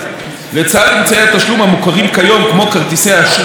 לצד אמצעי התשלום המוכרים כיום, כמו כרטיסי אשראי,